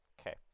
Okay